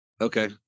Okay